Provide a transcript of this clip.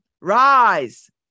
Rise